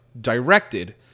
directed